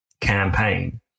campaign